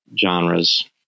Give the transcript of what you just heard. genres